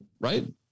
right